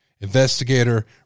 investigator